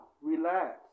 relax